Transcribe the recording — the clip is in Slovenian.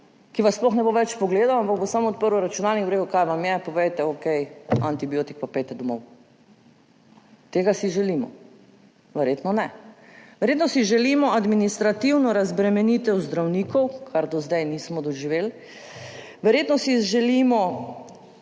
ki vas sploh ne bo več pogledal, ampak bo samo odprl računalnik, rekel, kaj vam je, povejte, okej, antibiotik in pojdite domov. Ali si to želimo? Verjetno ne. Verjetno si želimo administrativno razbremenitev zdravnikov, kar do zdaj nismo doživeli, verjetno si želimo,